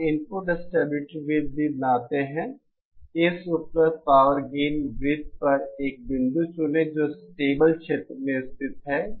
आप input stability वृत्त भी बनाते हैं इस उपलब्ध पावर गेन वृत्त पर एक बिंदु चुनें जो स्टेबल क्षेत्र में स्थित है